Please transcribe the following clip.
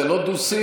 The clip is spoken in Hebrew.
זה לא דו-שיח.